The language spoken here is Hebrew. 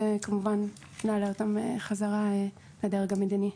וכמובן נעלה אותם חזרה לדרג המדיני.